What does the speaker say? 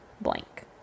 blank